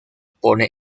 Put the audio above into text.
pone